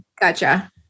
gotcha